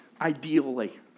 ideally